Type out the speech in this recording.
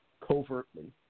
covertly